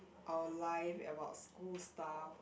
our life and about school stuff